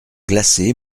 glacé